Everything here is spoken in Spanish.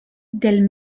del